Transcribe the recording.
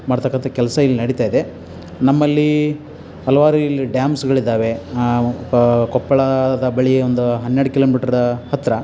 ಮಾಡತಕ್ಕಂಥ ಕೆಲಸ ಇಲ್ಲಿ ನಡಿತಾಯಿದೆ ನಮ್ಮಲ್ಲಿ ಹಲವಾರು ಇಲ್ಲಿ ಡ್ಯಾಮ್ಸ್ಗಳಿದ್ದಾವೆ ಪ ಕೊಪ್ಪಳದ ಬಳಿ ಒಂದು ಹನ್ನೆರಡು ಕಿಲೋಮೀಟ್ರ ಹತ್ತಿರ